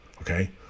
okay